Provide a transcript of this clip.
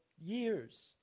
years